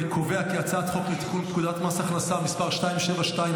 אני קובע כי הצעת חוק לתיקון פקודת מס הכנסה (מס' 272),